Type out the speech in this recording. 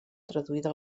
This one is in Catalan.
traduïda